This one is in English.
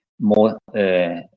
more